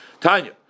Tanya